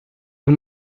you